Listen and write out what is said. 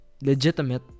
legitimate